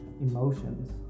emotions